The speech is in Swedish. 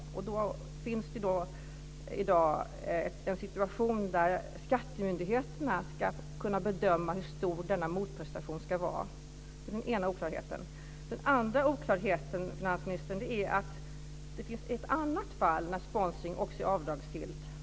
I dag finns det en situation där skattemyndigheterna ska bedöma hur stor denna motprestation ska vara. Det är den ena oklarheten. Den andra oklarheten, finansministern, är att det finns ett annat fall där sponsring också är avdragsgillt.